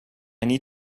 need